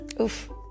Oof